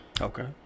Okay